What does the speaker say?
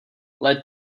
led